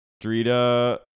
Drita